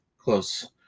close